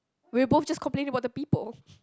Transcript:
we'll both just complain about the people